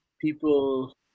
people